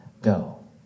go